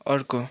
अर्को